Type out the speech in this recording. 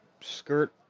skirt